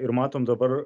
ir matom dabar